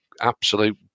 absolute